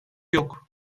yok